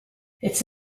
it’s